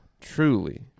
truly